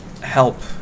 help